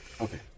okay